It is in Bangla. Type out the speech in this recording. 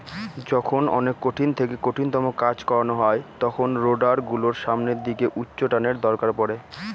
যখন অনেক কঠিন থেকে কঠিনতম কাজ করানো হয় তখন রোডার গুলোর সামনের দিকে উচ্চটানের দরকার পড়ে